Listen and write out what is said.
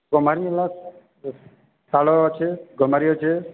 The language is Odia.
ଗମାରି ହେଲା ଶାଳ ଅଛେ ଗମାରି ଅଛେ